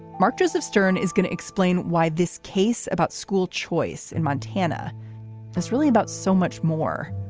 mark joseph stern is going to explain why this case about school choice in montana is really about so much more.